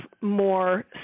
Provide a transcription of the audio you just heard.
more